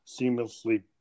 seamlessly